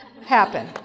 happen